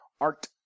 Art